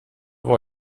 var